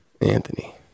Anthony